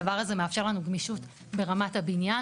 הדבר הזה מאפשר לנו גמישות ברמת הבניין,